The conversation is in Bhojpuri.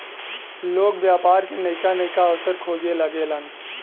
लोग व्यापार के नइका नइका अवसर खोजे लगेलन